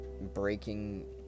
breaking